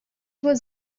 was